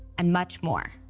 and much more.